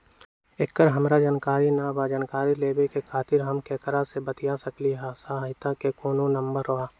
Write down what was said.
एकर हमरा जानकारी न बा जानकारी लेवे के खातिर हम केकरा से बातिया सकली ह सहायता के कोनो नंबर बा?